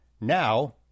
Now